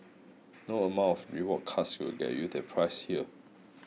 no amount of rewards cards will get you that price here